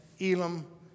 Elam